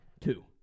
two